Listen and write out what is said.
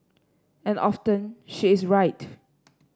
and often she is right